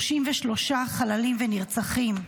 33 חללים ונרצחים.